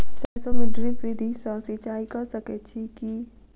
सैरसो मे ड्रिप विधि सँ सिंचाई कऽ सकैत छी की?